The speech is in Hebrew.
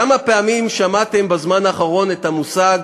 כמה פעמים שמעתם בזמן האחרון את המושג